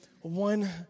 One